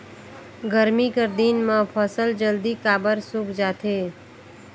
गरमी कर दिन म फसल जल्दी काबर सूख जाथे?